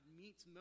meets